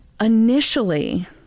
Initially